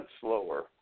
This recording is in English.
slower